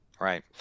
right